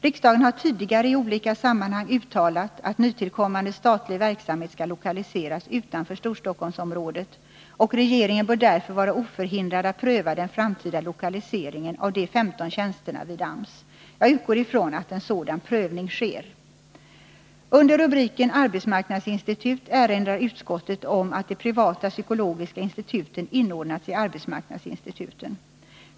Riksdagen har tidigare i olika sammanhang uttalat att nytillkommande statlig verksamhet skall lokaliseras utanför Storstockholmsområdet, och regeringen bör därför vara oförhindrad att pröva den framtida lokaliseringen av de 15 tjänsterna vid AMS. Jag utgår ifrån att en sådan prövning sker. Under rubriken Arbetsmarknadsinstitut erinrar utskottet om att de privata psykologiska instituten inordnats i arbetsmarknadsinstituten.